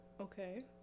Okay